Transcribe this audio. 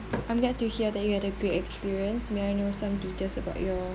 I'm glad to hear that you had a great experience may I know some details about your